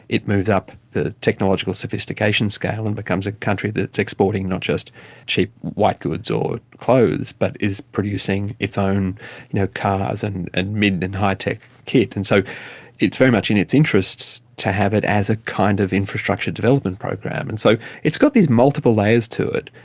it moves up the technological sophistication scale and becomes a country that is exporting not just cheap white goods or clothes but is producing its own you know cars and and mid and high-tech kit. so it's very much in its interests to have it as a kind of infrastructure development program. and so it's got these multiple layers to it.